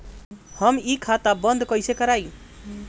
हम इ खाता बंद कइसे करवाई?